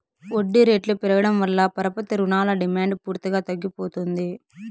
వడ్డీ రేట్లు పెరగడం వల్ల పరపతి రుణాల డిమాండ్ పూర్తిగా తగ్గిపోతుంది